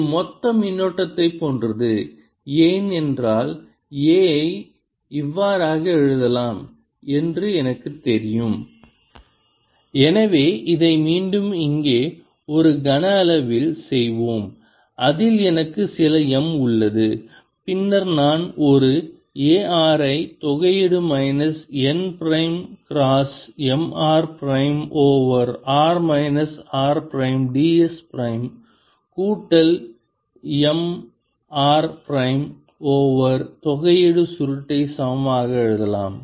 இது மொத்த மின்னோட்டத்தைப் போன்றது ஏன் என்றால் A ஐ இவ்வாறாக எழுதலாம் என்று எனக்குத் தெரியும் எனவே இதை மீண்டும் இங்கே ஒரு கனஅளவில் செய்வோம் அதில் எனக்கு சில M உள்ளது பின்னர் நான் ஒரு Ar ஐ தொகையீடு minus n prime cross M r prime over r minus r prime d s prime கூட்டல் எM r பிரைம் ஓவர் தொகையீடு சுருட்டை சமமாக எழுதலாம்